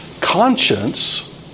conscience